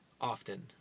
Often